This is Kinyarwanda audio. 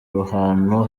ahantu